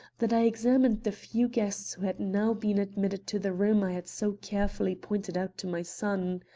that i examined the few guests who had now been admitted to the room i had so carefully pointed out to my son.